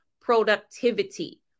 productivity